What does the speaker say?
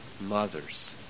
mothers